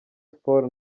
sports